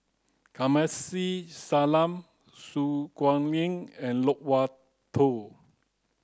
Kamsari Salam Su Guaning and Loke Wan Tho